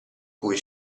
cui